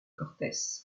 cortés